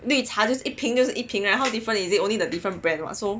绿茶就一瓶就是一瓶 like how different is it only the different brand [what] so